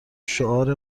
شعار